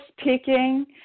speaking